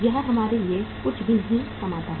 यह हमारे लिए कुछ भी नहीं कमाता है